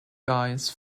guys